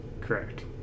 Correct